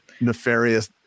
nefarious